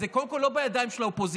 קודם כול זה לא בידיים של האופוזיציה,